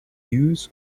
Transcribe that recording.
use